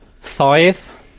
Five